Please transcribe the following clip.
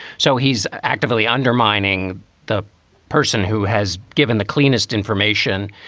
so he's actively undermining the person who has given the cleanest information.